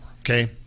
okay